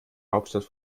hauptstadt